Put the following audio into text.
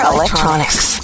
Electronics